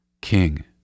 king